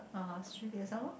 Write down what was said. oh Australia some more